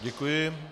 Děkuji.